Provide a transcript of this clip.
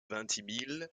vintimille